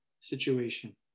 situation